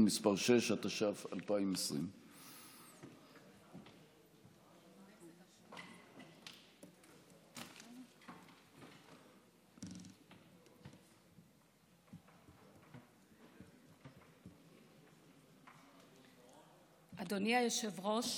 מס' 6) התש"ף 2020. אדוני היושב-ראש,